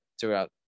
throughout